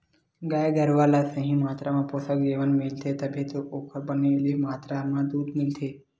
गाय गरूवा ल सही मातरा म पोसक जेवन मिलथे तभे ओखर ले बने मातरा म दूद मिलथे